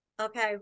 Okay